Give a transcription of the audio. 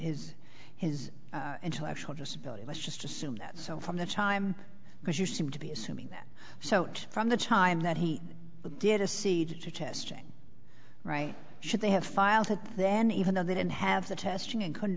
his his intellectual disability let's just assume that so from that time because you seem to be assuming that so from the time that he did a seed to testing right should they have filed it then even though they didn't have the testing and couldn't